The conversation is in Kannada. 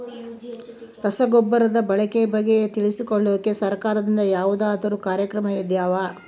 ರಸಗೊಬ್ಬರದ ಬಳಕೆ ಬಗ್ಗೆ ತಿಳಿಸೊಕೆ ಸರಕಾರದಿಂದ ಯಾವದಾದ್ರು ಕಾರ್ಯಕ್ರಮಗಳು ಇದಾವ?